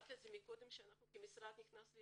דיברתי על כך מקודם שאנחנו כמשרד נכנסנו